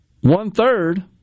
one-third